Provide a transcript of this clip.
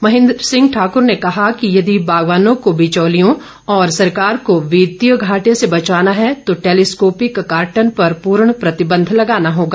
महेन्द्र सिंह ठाकूर ने कहा कि यदि बागवानों को बिचौलियों और सरकार को वित्तीय घाटे से बचाना है तो टैलीस्कोपिक कार्टन पर पूर्ण प्रतिबंध लगाना होगा